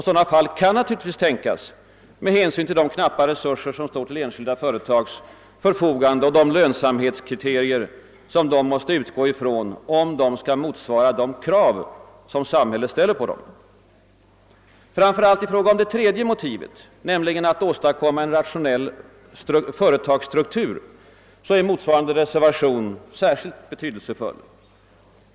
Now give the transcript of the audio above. Sådana fall kan naturligtvis tänkas med hänsyn till de knappa resurser som står till enskilda företags förfogande och de lönsamhetskriterier, som de måste utgå från om de skall motsvara de krav samhället ställer på dem. Framför allt i fråga om det tredje motivet, nämligen att åstadkomma en rationell företagsstruktur, är den nämnda reservationen betydelsefull.